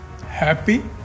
happy